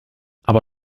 aber